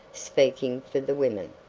speaking for the women.